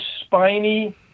spiny